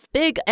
big